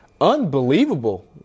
unbelievable